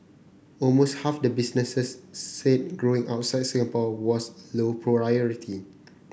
almost half the businesses said growing outside Singapore was low priority